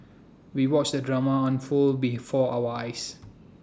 we watched the drama unfold before our eyes